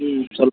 ம் சொல்